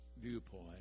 viewpoint